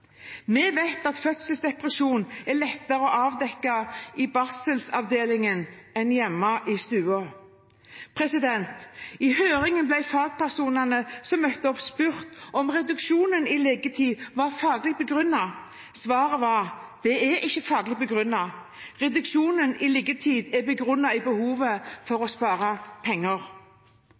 Vi vet at fødselsdepresjon er lettere å avdekke i barselavdelingen enn hjemme i stua. I høringen ble fagpersonene som møtte opp, spurt om reduksjonen i liggetid var faglig begrunnet. Svaret var: Det er ikke faglig begrunnet. Reduksjonen i liggetid er begrunnet i behovet for å spare penger.